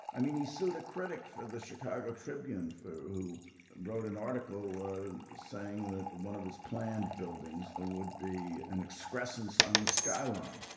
i mean he sued a critic for the chicago tribune for who wrote an article saying that one of his planned buildings ah would be an express since on the skyline.